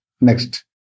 Next